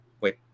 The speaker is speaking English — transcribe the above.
Wait